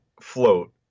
float